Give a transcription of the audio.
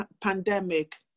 pandemic